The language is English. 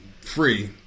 free